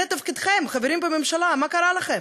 זה תפקידכם, חברים בממשלה, מה קרה לכם?